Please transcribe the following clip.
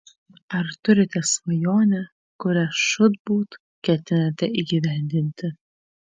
ar turite svajonę kurią žūtbūt ketinate įgyvendinti